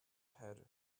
head